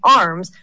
arms